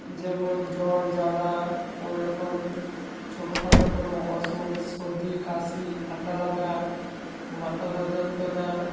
যেমন জ্বর জ্বালা কোনও রকম ছোটখাটো কোনও অসুখ সর্দি কাশি ঠাণ্ডা লাগা মাথার যন্ত্রণা